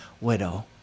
widow